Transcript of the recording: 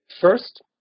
First